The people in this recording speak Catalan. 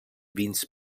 vins